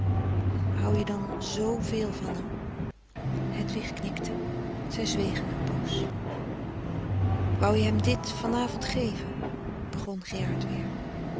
hou je dan zveel van hem hedwig knikte zij zwegen een poos wou je hem dit van avond geve begon gerard weer